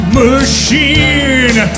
machine